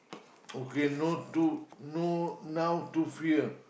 okay no to no now too free ah